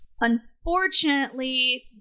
Unfortunately